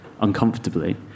uncomfortably